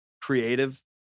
creative